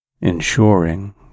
ensuring